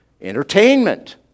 Entertainment